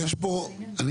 במקרה כזה